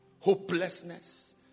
Hopelessness